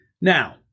Now